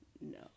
No